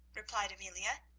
replied amelia,